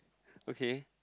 okay